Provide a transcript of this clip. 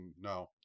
no